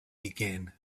began